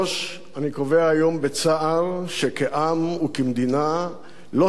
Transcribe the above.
אני קובע היום בצער שכעם וכמדינה לא הפנמנו